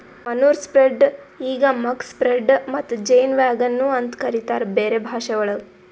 manure spreader ಈಗ್ muck spreader ಮತ್ತ ಜೇನ್ ವ್ಯಾಗನ್ ನು ಅಂತ ಕರಿತಾರ್ ಬೇರೆ ಭಾಷೆವಳಗ್